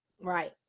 right